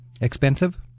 Expensive